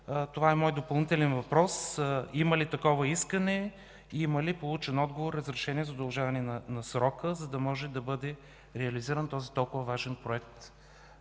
Това е моят допълнителен въпрос: има ли такова искане и има ли получен отговор, разрешение за удължаване на срока, за да може да бъде реализиран този толкова важен проект